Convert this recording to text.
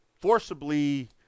forcibly